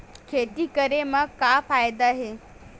खेती करे म का फ़ायदा हे?